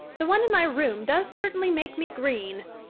the one in my room does certainly make me green.